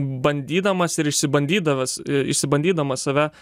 bandydamas ir išsibandydavęs išsibandydamas save